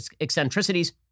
eccentricities